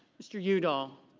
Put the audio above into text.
mr. udall.